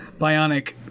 Bionic